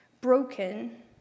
Broken